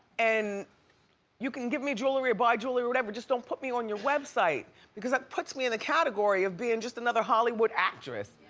and you can give me jewelry or buy jewelry or whatever, just don't put me on your website because that puts me in the category of bein' just another hollywood actress.